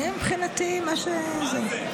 אני מבחינתי, מה, מה זה?